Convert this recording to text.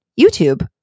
YouTube